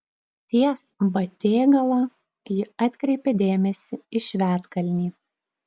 ties batėgala ji atkreipė dėmesį į švedkalnį